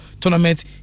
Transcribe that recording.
tournament